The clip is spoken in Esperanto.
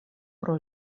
pro